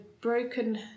broken